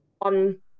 On